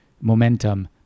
momentum